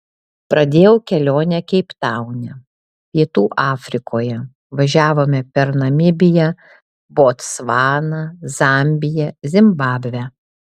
pradėjau kelionę keiptaune pietų afrikoje važiavome per namibiją botsvaną zambiją zimbabvę